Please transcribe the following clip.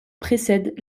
précède